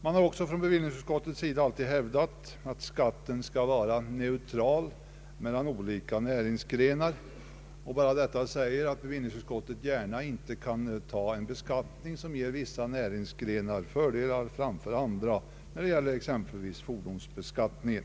Man har också från bevillningsutskottets sida alltid hävdat att skatten skall vara neutral mellan olika näringsgrenar. Detta innebär att bevillningsutskottet inte gärna kan godta en beskattning som ger vissa näringsgrenar fördelar framför andra, exempelvis när det gäller fordonsbeskattningen.